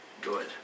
good